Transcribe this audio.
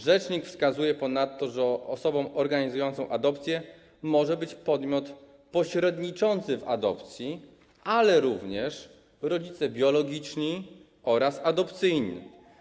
Rzecznik wskazuje ponadto, że osobą organizującą adopcję może być podmiot pośredniczący w adopcji, ale również rodzice biologiczni oraz adopcyjni.